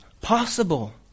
possible